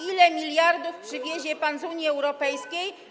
Ile miliardów przywiezie pan z Unii Europejskiej?